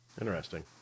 Interesting